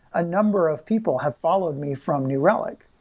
a number of people have followed me from new relic,